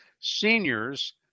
seniors